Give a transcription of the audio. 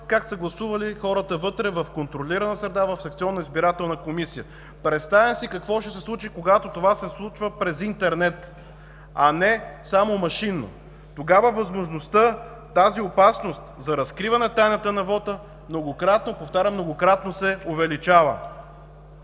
как са гласували хората вътре в контролирана среда в секционна избирателна комисия. Представям си какво ще се случи, когато това се случва през интернет, а не само машинно. Тогава възможността тази опасност за разкриване тайната на вота многократно, повтарям, многократно, се увеличава.